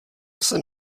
jsem